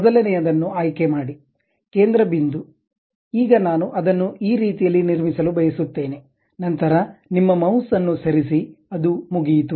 ಮೊದಲನೆಯದನ್ನು ಆಯ್ಕೆ ಮಾಡಿ ಕೇಂದ್ರ ಬಿಂದು ಈಗ ನಾನು ಅದನ್ನು ಆ ರೀತಿಯಲ್ಲಿ ನಿರ್ಮಿಸಲು ಬಯಸುತ್ತೇನೆ ನಂತರ ನಿಮ್ಮ ಮೌಸ್ ಅನ್ನು ಸರಿಸಿ ಅದು ಮುಗಿಯಿತು